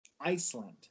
Iceland